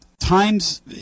Times